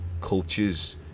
cultures